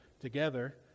together